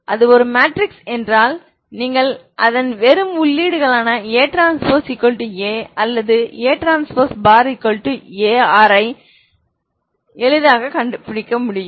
அது ஒரு மேட்ரிக்ஸ் என்றால் நீங்கள் அதன் வெறும் உள்ளீடுகளான ATA அல்லது ATA Rஐ எளிதாக பார்க்க முடியும்